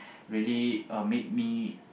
really uh made me